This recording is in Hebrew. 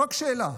רק שאלה,